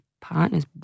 partner's